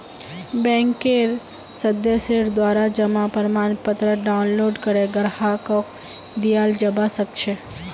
बैंकेर सदस्येर द्वारा जमा प्रमाणपत्र डाउनलोड करे ग्राहकक दियाल जबा सक छह